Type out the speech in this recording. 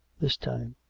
this time.